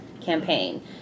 campaign